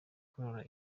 korora